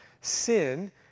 Sin